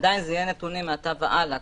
עדיין זה יהיה נתונים מעתה והלאה.